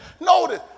notice